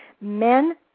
Men